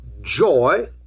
joy